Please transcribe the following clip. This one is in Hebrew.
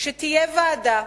שתהיה ועדה.